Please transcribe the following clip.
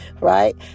right